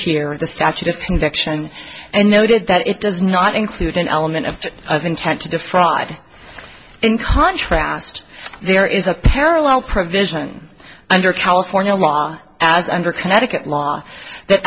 here the statute of conviction and noted that it does not include an element of intent to defraud in contrast there is a parallel provision under california law as under connecticut law that